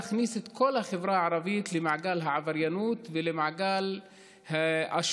להכניס את כל החברה הערבית למעגל עבריינות ולמעגל אשמה